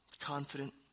Confident